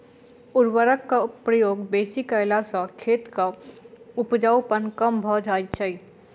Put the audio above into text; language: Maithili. उर्वरकक प्रयोग बेसी कयला सॅ खेतक उपजाउपन कम भ जाइत छै